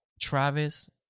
Travis